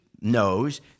knows